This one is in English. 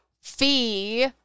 fee